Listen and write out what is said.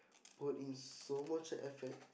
put in so much effort